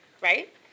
right